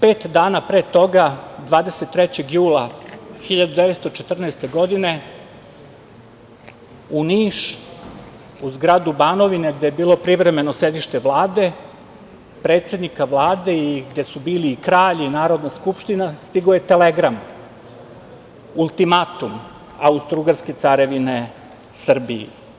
Pet dana pre toga, 23. jula 1914. godine, u Niš, u zgradu Banovine, gde je bilo privremeno sedište Vlade, predsednika Vlade i gde su bili kralj i Narodna skupština, stigao je telegram, ultimatum Austro-ugarske carevine, Srbiji.